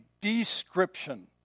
description